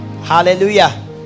hallelujah